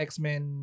X-Men